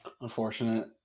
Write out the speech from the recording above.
Unfortunate